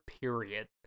period